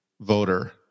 voter